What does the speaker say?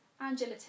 Angela